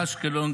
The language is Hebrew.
אשקלון,